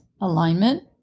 alignment